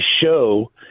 show